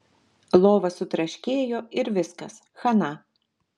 lova sutraškėjo ir viskas chana